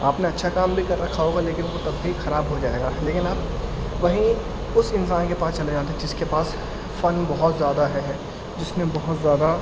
آپ نے اچھا کام بھی کر رکھا ہوگا لیکن وہ تب بھی خراب ہو جائے گا لیکن آپ وہی اس انسان کے پاس چلے جاتے ہیں جس کے پاس فن بہت زیادہ ہے جس نے بہت زیادہ